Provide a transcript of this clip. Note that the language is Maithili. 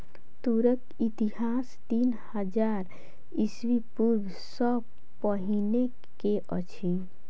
तूरक इतिहास तीन हजार ईस्वी पूर्व सॅ पहिने के अछि